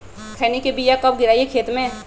खैनी के बिया कब गिराइये खेत मे?